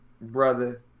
Brother